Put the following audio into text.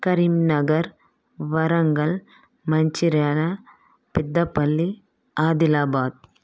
Karimnagar Warangal Mancherial Peddapalli Adilabad